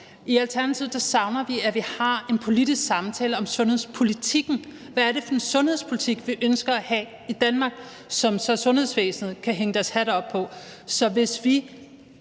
I Alternativet savner vi, at vi har en politisk samtale om sundhedspolitikken. Hvad er det for en sundhedspolitik, vi ønsker at have i Danmark, som sundhedsvæsenet så kan hænge deres hat op på?